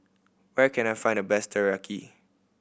where can I find the best Teriyaki